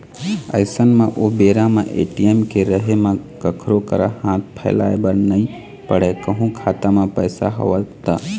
अइसन म ओ बेरा म ए.टी.एम के रहें म कखरो करा हाथ फइलाय बर नइ पड़य कहूँ खाता म पइसा हवय त